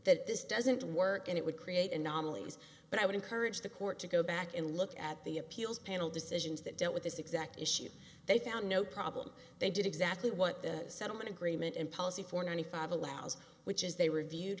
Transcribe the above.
that this doesn't work and it would create anomalies but i would encourage the court to go back and look at the appeals panel decisions that dealt with this exact issue they found no problem they did exactly what the settlement agreement and policy for ninety five allows which is they review